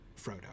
Frodo